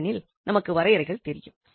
ஏனெனில் நமக்கு வரையறைகள் தெரியும்